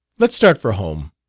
let's start for home.